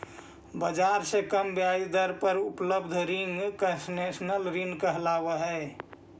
बाजार से कम ब्याज दर पर उपलब्ध रिंग कंसेशनल ऋण कहलावऽ हइ